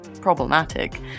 problematic